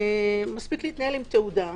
מספיק להתנהל עם תעודה.